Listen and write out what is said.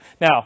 Now